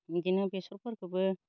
इदिनो बेसरफोरखौबो